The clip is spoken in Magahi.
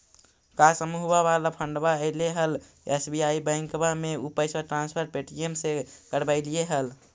का समुहवा वाला फंडवा ऐले हल एस.बी.आई बैंकवा मे ऊ पैसवा ट्रांसफर पे.टी.एम से करवैलीऐ हल?